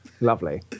Lovely